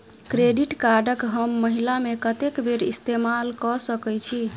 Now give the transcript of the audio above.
Credit card कऽ हम महीना मे कत्तेक बेर इस्तेमाल कऽ सकय छी?